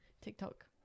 tiktok